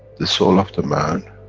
the soul of the man,